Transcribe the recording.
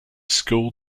school